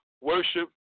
worship